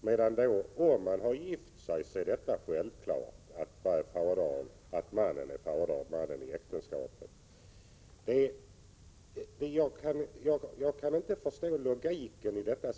Men om de har gift sig är det självklart att mannen i äktenskapet är far till barnet. Jag kan inte förstå logiken i detta.